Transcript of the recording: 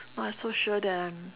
not so sure that I'm